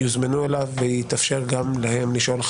יוזמנו אליו וגם יתאפשר להם לשאול,